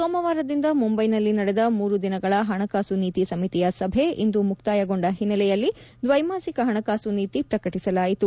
ಸೋಮವಾರದಿಂದ ಮುಂಬೈನಲ್ಲಿ ನಡೆದ ಮೂರು ದಿನಗಳ ಹಣಕಾಸು ನೀತಿ ಸಮಿತಿಯ ಸಭೆ ಇಂದು ಮುಕ್ತಾಯಗೊಂಡ ಹಿನ್ನೆಲೆಯಲ್ಲಿ ದ್ವೈಮಾಸಿಕ ಪಣಕಾಸು ನೀತಿ ಪ್ರಕಟಿಸಲಾಯಿತು